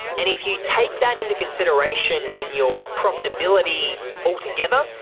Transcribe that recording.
and if you take that into consideration in your profitability altogether,